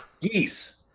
Geese